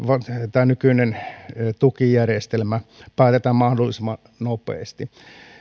tämä nykyinen tukijärjestelmä päätetään mahdollisimman nopeasti